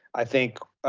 i think,